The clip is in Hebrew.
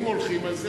אם הולכים על זה,